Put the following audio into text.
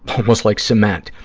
almost like cement.